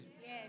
Yes